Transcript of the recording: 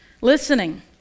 listening